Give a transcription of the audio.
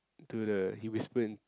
to the he whisper in